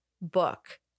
book